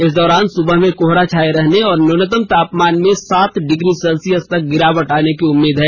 इस दौरान सुबह में कोहरा छाए रहने और न्यूनतम तापमान में सात डिग्री सेल्सियस तक गिरावट आने की उम्मीद है